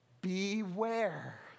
beware